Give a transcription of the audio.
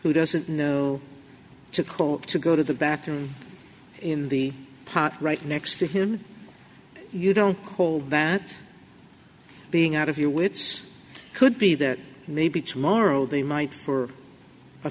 who doesn't know to call to go to the bathroom in the pot right next to him you don't call that being out of your wits could be that maybe tomorrow they might for a